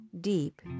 deep